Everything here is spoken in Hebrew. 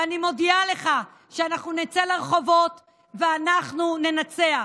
ואני מודיעה לך שאנחנו נצא לרחובות ואנחנו ננצח.